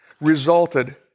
resulted